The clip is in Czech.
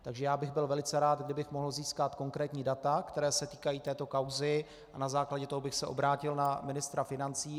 Takže bych byl velice rád, kdybych mohl získat konkrétní data, která se týkají této kauzy, a na základě toho bych se obrátil na ministra financí.